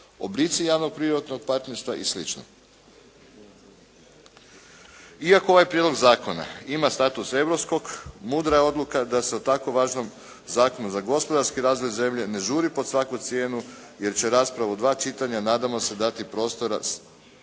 oblici javno-privatnog partnerstva i slično. Iako ovaj prijedlog zakona ima status europskog mudra je odluka da se o tako važnom zakonu za gospodarski razvoj zemlje ne žuri pod svaku cijenu, jer će rasprava u dva čitanja nadamo se dati prostora